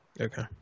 Okay